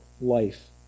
life